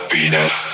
Venus